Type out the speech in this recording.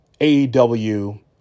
AEW